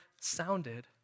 sounded